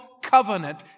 covenant